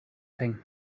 thing